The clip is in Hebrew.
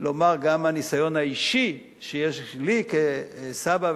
לומר גם מהניסיון האישי שיש לי כסבא,